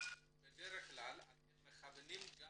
בדרך כלל אתם מכוונים גם